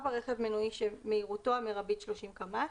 (4) רכב מנועי שמהירותו המרבית 30 קמ"ש,